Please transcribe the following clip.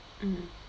mm